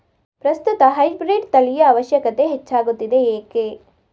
ಪ್ರಸ್ತುತ ಹೈಬ್ರೀಡ್ ತಳಿಯ ಅವಶ್ಯಕತೆ ಹೆಚ್ಚಾಗುತ್ತಿದೆ ಏಕೆ?